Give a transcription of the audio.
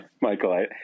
Michael